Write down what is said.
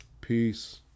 peace